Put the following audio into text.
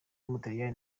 w’umutaliyani